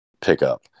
pickup